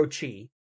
chi